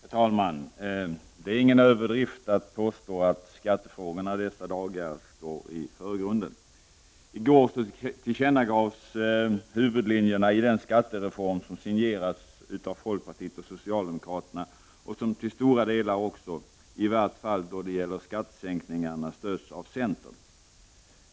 Herr talman! Det är ingen överdrift att påstå att skattefrågorna dessa dagar står i förgrunden. I går tillkännagavs huvudlinjerna i den skattereform som signerats av folkpartiet och socialdemokraterna och som till stora delar — i vart fall vad gäller skattesänkningarna — stöds av centern.